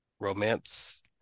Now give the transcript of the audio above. romance